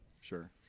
Sure